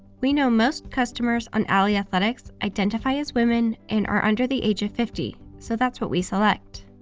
we know most customers on alyathletics identify as women and are under the age of fifty, so that's what we select.